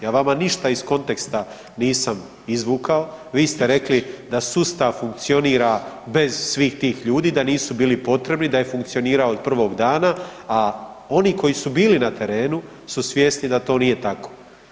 Ja vam ništa iz konteksta nisam izvukao, vi ste rekli da sustav funkcionira bez svih tih ljudi da nisu bili potrebni, da je funkcionirao od prvog dana, a oni koji su bili na terenu su svjesni da to nije tako.